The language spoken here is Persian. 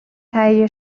تهیه